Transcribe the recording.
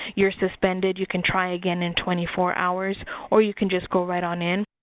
you're suspended. you can try again in twenty-four hours or you can just go right on in.